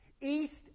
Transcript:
East